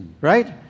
right